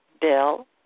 Bill